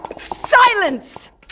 Silence